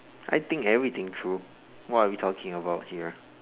I think everything through what are we talking about here